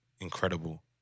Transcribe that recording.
incredible